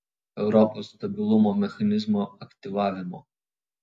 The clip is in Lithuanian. europos stabilumo mechanizmo aktyvavimo